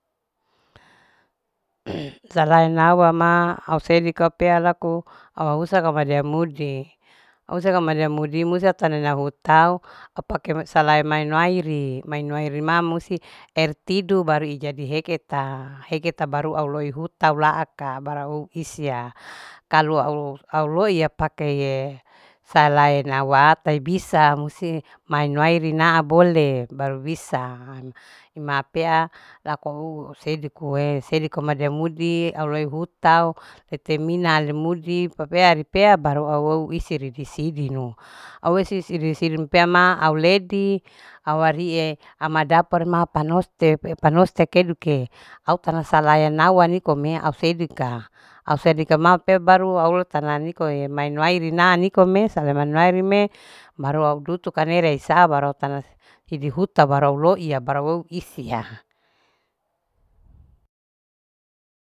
salaena wama ause dika pea laku ausa kamadia mudi ause kamadia mudi muse tana nia mutao apake salae emae nuairi. ma nuari ma musi ertidu baru ijadi heketa. heketa baru auloi huta ulaaka bara au isia kalu auloiya pake ye salaena wa taibisa musi main wairi na abole baru bisa ima pea lakouu sedikue. sediku made mudi au loe hutao tete mina ale mudi papea ari pea baru. au wou baru isere isidino au isidi. isidi pea ma au ledi au warie ama dapor ma panostepe. panosteke duke au tana salaya nawa nikome au sedika. au sedika ma pe baru au tana niko ye main wairina nikome saleman wairinme baru au dutu kane reise baru tanase hidu hutu tabarau louiya barau isiha